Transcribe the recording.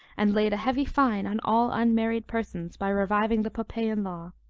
and laid a heavy fine on all unmarried persons, by reviving the poppaean law.